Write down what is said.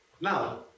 Now